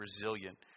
resilient